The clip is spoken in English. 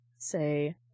say